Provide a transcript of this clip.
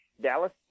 Dallas